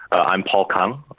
i am paul kang,